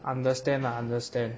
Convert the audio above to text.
understand lah understand